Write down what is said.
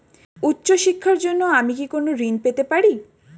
উচ্চশিক্ষার জন্য আমি কি কোনো ঋণ পেতে পারি?